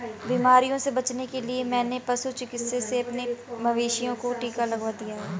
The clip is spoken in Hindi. बीमारियों से बचने के लिए मैंने पशु चिकित्सक से अपने मवेशियों को टिका लगवा दिया है